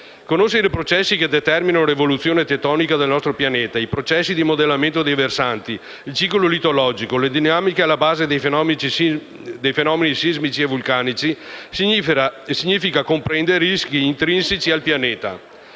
Conoscere i processi che determinano l'evoluzione tettonica del nostro Pianeta, i processi di modellamento dei versanti, il ciclo litologico e le dinamiche alla base dei fenomeni sismici e vulcanici significa comprendere i rischi intrinseci al Pianeta.